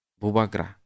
Bubagra